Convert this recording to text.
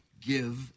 give